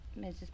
Mrs